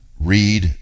read